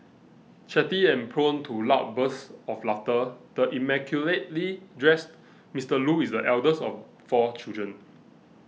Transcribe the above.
chatty and prone to loud bursts of laughter the immaculately dressed Mister Loo is the eldest of four children